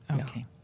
Okay